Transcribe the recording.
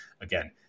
again